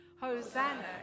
Hosanna